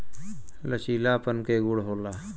लचीलापन के गुण होला